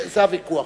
וזה הוויכוח.